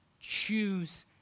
Choose